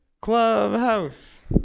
Clubhouse